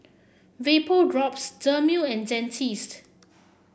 Vapodrops Dermale and Dentiste